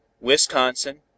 Wisconsin